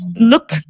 look